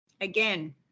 again